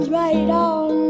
right-on